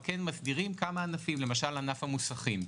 אבל כן מסדירים, כמה ענפים, למשל ענף המוסכים.